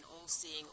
all-seeing